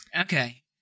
Okay